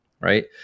right